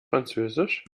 französisch